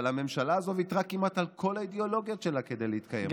אבל הממשלה הזו ויתרה כמעט על כל האידיאולוגיות שלה כדי להתקיים.